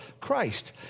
Christ